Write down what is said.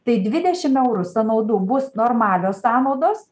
tai dvidešim eurų sąnaudų bus normalios sąnaudos